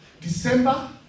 December